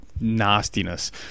nastiness